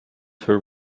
her